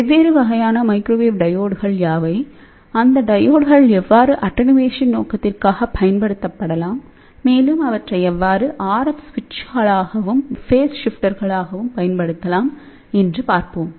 வெவ்வேறு வகையான மைக்ரோவேவ் டையோட்கள் யாவை இந்த டையோட்கள் எவ்வாறு அட்டென்யூவேஷன் நோக்கத்திற்காக பயன்படுத்தப்படலாம் மேலும் அவற்றை எவ்வாறு ஆர்எஃப் சுவிட்சுகளாகவும் ஃபேஸ் ஷிஃப்ட்டர்களாகவும் பயன்படுத்தலாம் என்றும் பார்ப்போம்